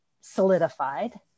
solidified